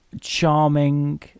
charming